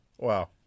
Wow